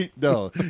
No